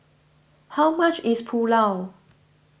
how much is Pulao